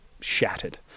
shattered